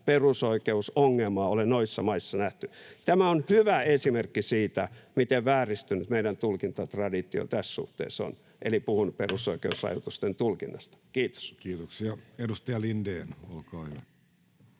perusoikeusongelmaa ole noissa maissa nähty. Tämä on hyvä esimerkki siitä, miten vääristynyt meidän tulkintatraditio tässä suhteessa on, eli puhun perusoikeusrajoitusten tulkinnasta. — Kiitos. Kiitoksia. — Edustaja Lindén, olkaa hyvä.